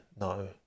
No